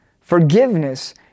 Forgiveness